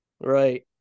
right